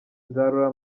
nzarora